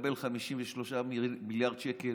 מקבל 53 מיליארד שקל,